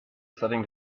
setting